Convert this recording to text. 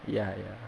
ya ya